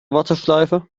warteschleife